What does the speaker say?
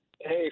Hey